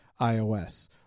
iOS